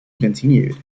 continued